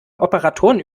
operatoren